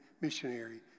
missionary